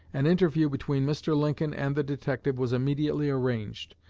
an interview between mr. lincoln and the detective was immediately arranged,